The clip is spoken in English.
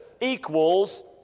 equals